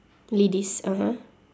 ladies (uh huh)